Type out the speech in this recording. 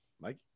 Mike